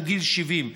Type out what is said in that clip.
שהוא גיל 70,